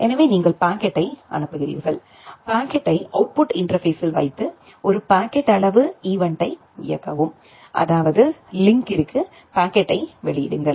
எனவே நீங்கள் பாக்கெட்டை அனுப்புகிறீர்கள் பாக்கெட்டை அவுட்புட் இன்டர்பேஸ்ஸில் வைத்து ஒரு பாக்கெட் அவுட் ஈவெண்ட்யை இயக்கவும் அதாவது லிங்க்கிற்கு பாக்கெட்டை வெளியிடுங்கள்